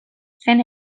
zen